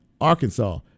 Arkansas